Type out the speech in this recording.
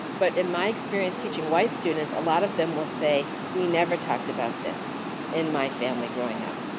but in my experience teaching white students, a lot of them will say we never talked about this in my family growing up.